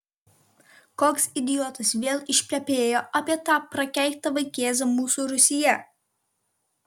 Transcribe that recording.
koks idiotas vėl išplepėjo apie tą prakeiktą vaikėzą mūsų rūsyje